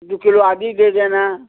दो किलो आदी दे देना